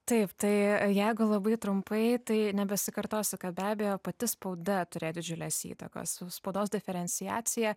taip tai jeigu labai trumpai tai nebesikartosiu kad be abejo pati spauda turėjo didžiulės įtakos su spaudos diferenciacija